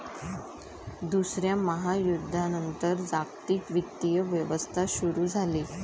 दुसऱ्या महायुद्धानंतर जागतिक वित्तीय व्यवस्था सुरू झाली